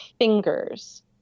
fingers